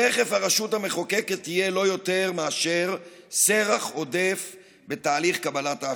תכף הרשות המחוקקת תהיה לא יותר מאשר סרח עודף בתהליך קבלת ההחלטות,